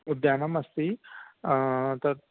उद्यानं अस्ति तत्